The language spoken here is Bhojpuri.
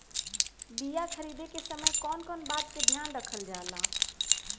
बीया खरीदे के समय कौन कौन बात के ध्यान रखल जाला?